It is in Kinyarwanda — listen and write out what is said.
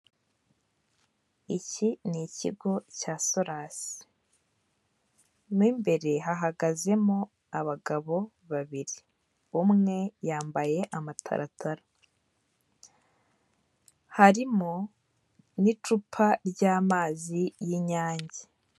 Iki ni ikigo cya Solasi mo imbere hahagazemo abagabo babiri, umwe yambaye amataratara, harimo n'icupa ry'amazi y'Inyange.